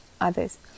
others